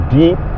deep